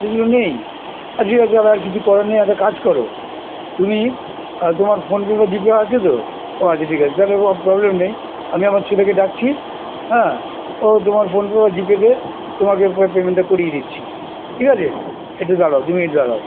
খুচরো নেই আর ঠিক আছে তাহলে আর কিছু করার নেই একটা কাজ করো তুমি তোমার ফোনপে বা জি পে আছে তো ও আচ্ছা ঠিক আছে তাহলে প্রবলেম নেই আমি আমার ছেলেকে ডাকছি হ্যাঁ ও তোমার ফোনপে বা জিপেতে তোমাকে পেমেন্টটা করিয়ে দিচ্ছি ঠিক আছে এটা গেলো দুমিনিট দাড়াও